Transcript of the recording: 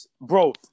Bro